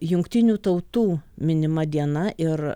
jungtinių tautų minima diena ir